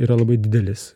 yra labai didelis